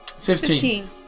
Fifteen